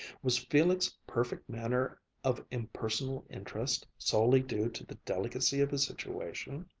was felix' perfect manner of impersonal interest solely due to the delicacy of his situation?